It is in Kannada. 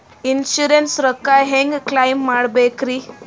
ಇನ್ಸೂರೆನ್ಸ್ ರೊಕ್ಕ ಹೆಂಗ ಕ್ಲೈಮ ಮಾಡ್ಬೇಕ್ರಿ?